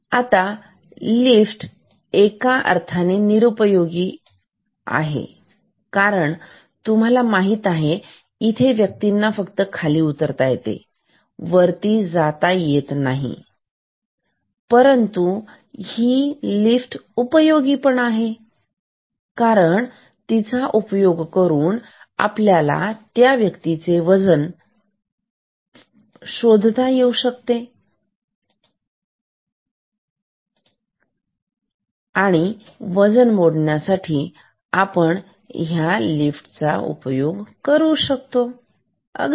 आता लिफ्ट एका अर्थाने निरुपयोगी आहे कारण तुम्हाला माहित आहे इथे व्यक्तींना फक्त खाली उतरता येते पण वरती जाता येत नाही परंतु ही लिफ्ट उपयोगी पण आहे कारण तिचा उपयोग करून आपल्याला त्या व्यक्तीचे वजन मोजण्यासाठी होऊ शकतो म्हणजे व्यक्तीचे वजन मोजण्यासाठी आपण या लिफ्ट चा उपयोग करू शकतो कसे